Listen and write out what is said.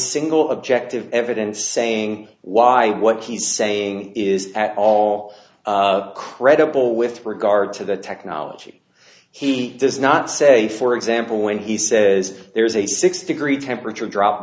single objective evidence saying why what he's saying is at all credible with regard to the technology he does not say for example when he says there's a six degree temperature drop